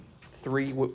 three